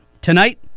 tonight